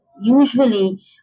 usually